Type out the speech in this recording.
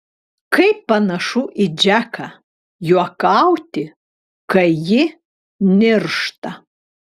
kaip panašu į džeką juokauti kai ji niršta